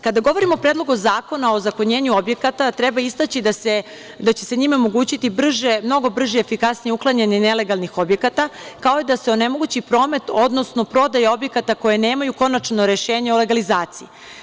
Kada govorim o predlogu zakona o ozakonjenju objekata, treba istaći da će se njima omogućiti mnogo brže i efikasnije uklanjanje nelegalnih objekata, kao i da se onemogući promet, odnosno prodaja objekata koja nemaju konačno rešenje o legalizaciji.